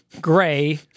gray